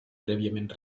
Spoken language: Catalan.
prèviament